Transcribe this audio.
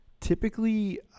Typically